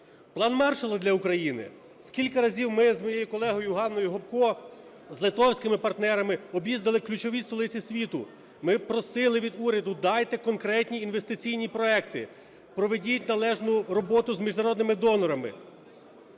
план Маршалла для України? Скільки разів ми з моєю колегою з Ганною Гопко, з литовськими партнерами об'їздили ключові столиці світу! Ми просили від уряду: дайте конкретні інвестиційні проекти, проведіть належну роботу з міжнародними донорами!